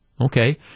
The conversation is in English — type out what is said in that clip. okay